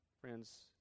Friends